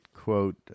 Quote